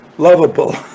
Lovable